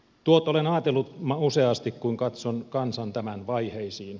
tuot olen aatellut ma useasti kun katson kansan tämän vaiheisiin